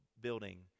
building